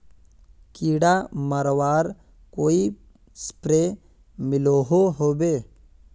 कीड़ा मरवार कोई स्प्रे मिलोहो होबे?